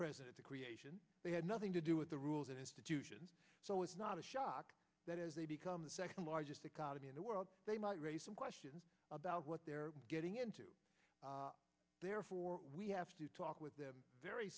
present at the creation they had nothing to do with the rules and institutions so it's not a shock that is they become the second largest economy in the world they might raise some questions about what they're getting into therefore we have to talk with them very